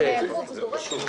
מאוד מהייצוא,